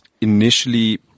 initially